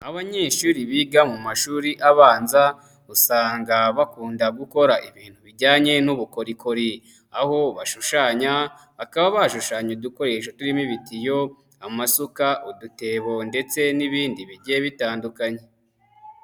Abanyeshuri biga mu mashuri abanza, usanga bakunda gukora ibintu bijyanye n'ubukorikori, aho bashushanya bakaba bashushanya udukoresho turimo ibitiyo, amasuka, udutebo, ndetse n'ibindi bigiye bitandukanye.